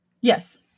Yes